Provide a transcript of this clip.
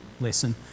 lesson